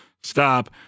stop